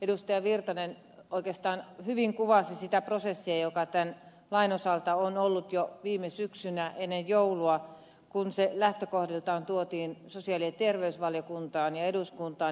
erkki virtanen oikeastaan hyvin kuvasi sitä prosessia joka tämän lain osalta on ollut jo viime syksynä ennen joulua kun se lähtökohdiltaan tuotiin sosiaali ja terveysvaliokuntaan ja eduskuntaan